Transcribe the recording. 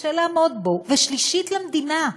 שקשה לעמוד בו, שלישית, למדינה.